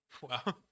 Wow